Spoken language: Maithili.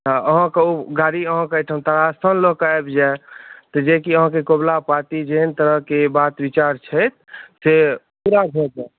तऽ अहाँके ओ गाड़ी तारास्थान लय कय आबि जायत जे कि अहाँके कबूला पाती जेहेन तरह के बात विचार छै से पूरा भऽ जायत